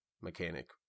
mechanic